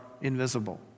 invisible